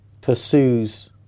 pursues